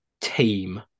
team